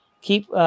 keep –